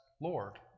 Lord